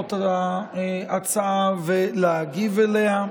בהוראות ההצעה ולהגיב אליה,